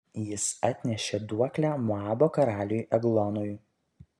jis atnešė duoklę moabo karaliui eglonui